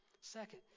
Second